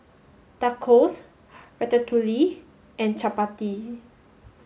Tacos Ratatouille and Chapati